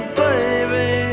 baby